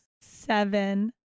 Seven